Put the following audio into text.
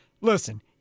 listen